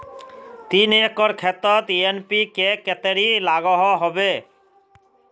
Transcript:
तीन एकर खेतोत एन.पी.के कतेरी लागोहो होबे?